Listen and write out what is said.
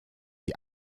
die